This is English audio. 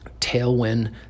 tailwind